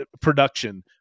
production